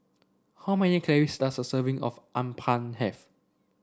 how many calories does a serving of Appam have